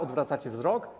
Odwracacie wzrok?